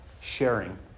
sharing